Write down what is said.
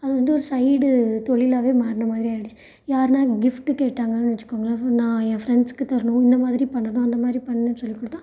அது வந்து ஒரு சைடு தொழிலாகவே மாறின மாதிரி ஆயிடுச்சு யாருனால் கிஃப்ட்டு கேட்டாங்கன்னு வெச்சுக்கோங்களேன் நான் ஏன் ஃப்ரெண்ட்ஸ்க்கு தரணும் இந்த மாதிரி பண்ணணும் அந்த மாதிரி பண்ணணும்னு சொல்லி கொடுத்தா